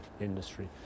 industry